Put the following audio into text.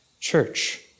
church